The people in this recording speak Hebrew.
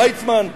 ויצמן,